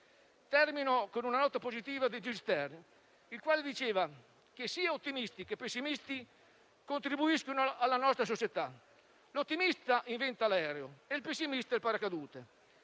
Termino con una nota positiva di Gil Stern, il quale diceva che sia ottimisti che pessimisti contribuiscono alla nostra società: l'ottimista inventa l'aereo e il pessimista il paracadute.